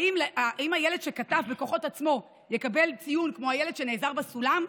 האם הילד שקטף בכוחות עצמו יקבל ציון כמו הילד שנעזר בסולם?